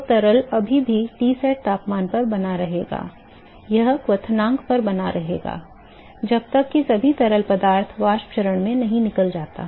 तो तरल अभी भी Tsat तापमान में बना रहेगा यह क्वथनांक पर बना रहेगा जब तक कि सभी तरल वाष्प चरण में नहीं निकल जाता